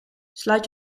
sluit